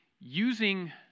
Using